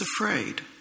afraid